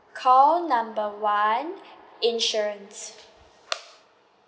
call number one insurance